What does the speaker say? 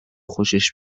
خوشش